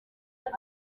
ibye